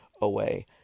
Away